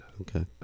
okay